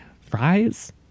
fries